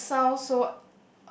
this sound so